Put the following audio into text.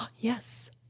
Yes